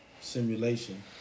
simulation